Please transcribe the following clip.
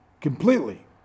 Completely